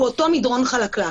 הוא מאותו מדרון חלקלק.